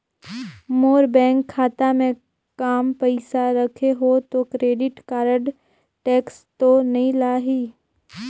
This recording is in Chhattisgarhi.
मोर बैंक खाता मे काम पइसा रखे हो तो क्रेडिट कारड टेक्स तो नइ लाही???